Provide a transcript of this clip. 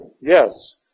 Yes